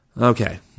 Okay